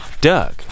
Doug